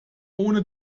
ohne